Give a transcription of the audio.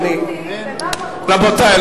אני ראיתי בעיתון,